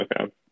Okay